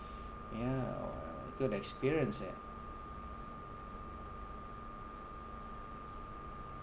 ya uh good experience ya